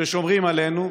ששומרים עלינו,